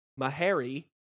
Mahari